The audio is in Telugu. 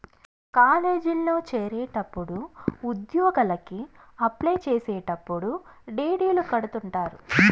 కాలేజీల్లో చేరేటప్పుడు ఉద్యోగలకి అప్లై చేసేటప్పుడు డీ.డీ.లు కడుతుంటారు